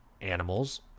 animals